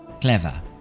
Clever